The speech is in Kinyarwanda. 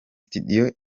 studio